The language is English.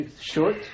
short